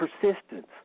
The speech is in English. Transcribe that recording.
persistence